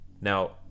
now